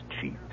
cheat